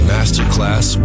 Masterclass